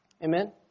Amen